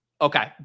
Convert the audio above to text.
okay